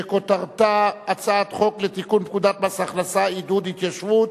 שכותרתה: הצעת חוק לתיקון פקודת מס הכנסה (עידוד התיישבות),